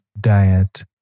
diet